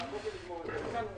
למיטב ידיעתי אפילו